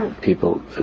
People